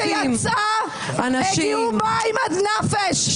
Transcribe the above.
הגיעו מים עד נפש.